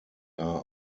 are